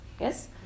Yes